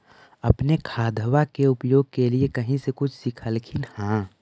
अपने खादबा के उपयोग के लीये कही से कुछ सिखलखिन हाँ?